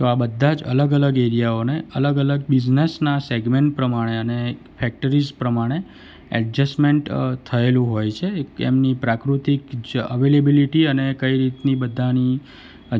તો આ બધા જ અલગ અલગ એરિયાઓને અલગ અલગ બિઝનસના સેગમેન્ટ પ્રમાણે અને ફેક્ટરીસ પ્રમાણે એડજસ્ટમેન્ટ થએલું હોય છે એક એમની પ્રાકૃતિક જ અવેલેબલિટી અને કઈ રીતની બધાની